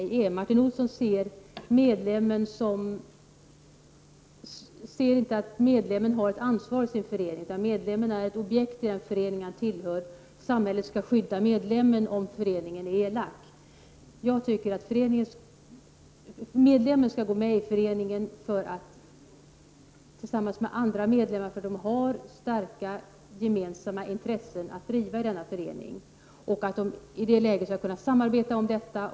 Herr talman! Det är kanske där som skillnaden mellan Martin Olssons och min uppfattning ligger. Martin Olsson ser inte att medlemmen har ett ansvar i sin förening, utan medlemmen är ett objekt i den förening han tillhör, och samhället skall skydda medlemmen om föreningen är elak. Jag ser det så, att om man går med i en förening tillsammans med andra, som man har starka gemensamma intressen ihop med, för att driva dessa i föreningen, skall man kunna samarbeta om detta.